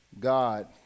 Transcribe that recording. God